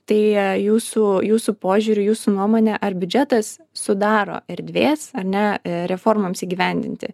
tai jūsų jūsų požiūriu jūsų nuomone ar biudžetas sudaro erdvės ar ne reformoms įgyvendinti